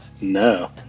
no